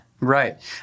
Right